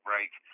Right